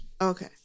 Okay